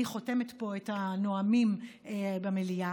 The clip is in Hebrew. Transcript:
אני חותמת פה את הנואמים במליאה,